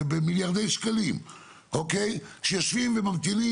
במיליארדי שקלים שיושבים וממתינים.